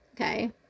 Okay